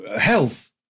health